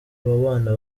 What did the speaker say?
bana